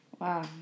Wow